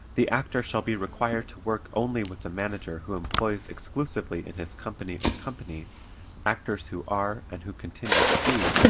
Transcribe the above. the actor shall be required to work only with a manager who employs exclusively in his company or companies actors who are, and who continue to be,